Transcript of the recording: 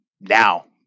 now